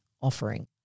offering